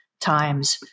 Times